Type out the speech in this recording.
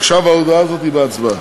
עכשיו ההודעה הזאת בהצבעה: